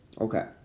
Okay